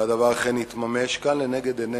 והדבר אכן התממש כאן לנגד עינינו.